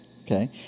okay